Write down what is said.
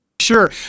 sure